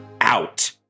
Out